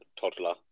toddler